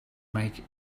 make